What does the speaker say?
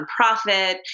nonprofit